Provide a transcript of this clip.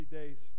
days